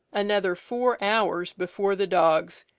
another four hours before the dogs,